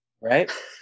Right